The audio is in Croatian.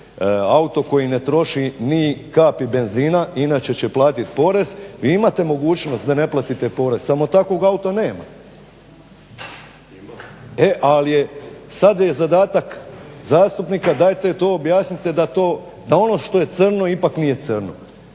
auto koji ne troši ni kapi benzina inače će platit porez, vi imate mogućnost da ne platite porez, samo takvog auta nema. Ali sad je zadatak zastupnika, dajte to objasnite da ono što je crno ipak nije crno.